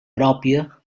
pròpia